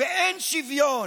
ואין שוויון.